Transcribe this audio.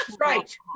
right